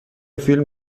فیلم